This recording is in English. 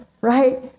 Right